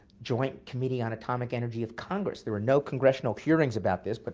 joint committee on atomic energy of congress. there were no congressional hearings about this, but